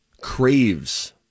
craves